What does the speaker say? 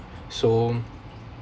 so